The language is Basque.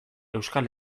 euskal